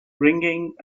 ringing